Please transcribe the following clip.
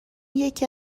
یکی